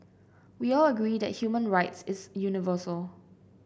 we all agree that human rights is universal